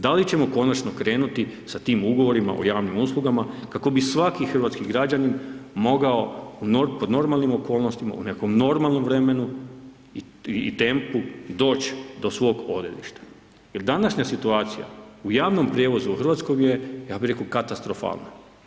Da li ćemo konačno krenuti sa tim ugovorima o javnim uslugama kako bi svaki hrvatski građanin mogao po normalnim okolnostima, u nekom normalnom vremenu i tempu doći do svog odredišta jer današnja situacija u javnom prijevozu u Hrvatskoj je, ja bih rekao katastrofalna.